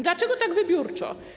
Dlaczego tak wybiórczo?